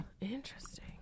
Interesting